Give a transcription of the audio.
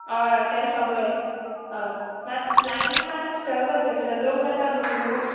हय हय ते सगळे हय मात लायनी मात आसतल्यो गो थंयसर लोक येता न्हू खूब